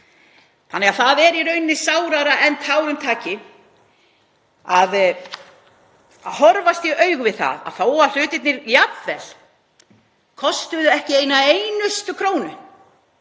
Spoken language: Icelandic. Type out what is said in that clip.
sinni. Það er í rauninni sárara en tárum taki að horfast í augu við að þó að hlutirnir jafnvel kostuðu ekki eina einustu krónu,